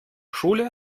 schule